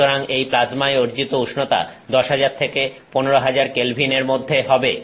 সুতরাং এই প্লাজমায় অর্জিত উষ্ণতা 10000 থেকে 15000K এর মধ্যে হবে